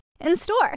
in-store